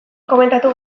komentatu